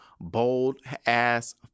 bold-ass